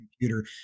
computer